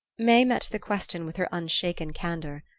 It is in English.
may met the question with her unshaken candour.